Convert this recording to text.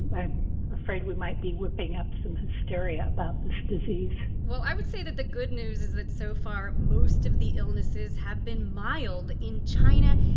i'm afraid we might be whipping up some hysteria about this and disease well, i would say that the good news is that, so far, most of the illnesses have been mild. in china,